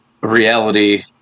reality